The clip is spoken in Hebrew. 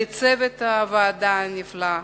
לצוות הוועדה הנפלא,